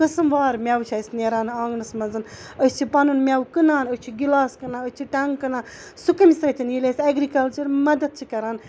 قٕسٕم وار میوٕ چھِ اَسہِ نیران آنٛگنَس منٛز أسۍ چھِ پَنُن میوٕ کٕنان أسۍ چھِ گِلاس کٕنان أسۍ چھِ ٹنٛگ کٕنان سُہ کَمہِ سۭتۍ ییٚلہِ اسہِ ایٚگرِکَلچَر مَدَد چھِ کَران